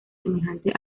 semejantes